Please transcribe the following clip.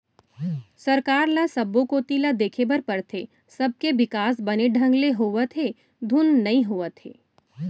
सरकार ल सब्बो कोती ल देखे बर परथे, सबके बिकास बने ढंग ले होवत हे धुन नई होवत हे